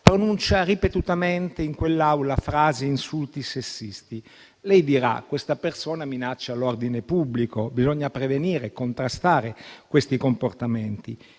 Pronuncia ripetutamente in quell'aula frasi e insulti sessisti. Lei dirà che questa persona minaccia l'ordine pubblico, che bisogna prevenire e contrastare questi comportamenti.